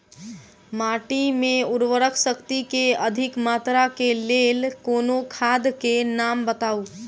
माटि मे उर्वरक शक्ति केँ अधिक मात्रा केँ लेल कोनो खाद केँ नाम बताऊ?